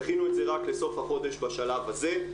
דחינו את זה רק לסוף החודש בשלב הזה.